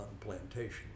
Plantation